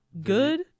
good